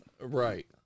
Right